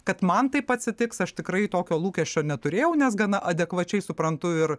kad man taip atsitiks aš tikrai tokio lūkesčio neturėjau nes gana adekvačiai suprantu ir